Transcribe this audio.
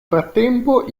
frattempo